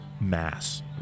mass